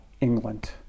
England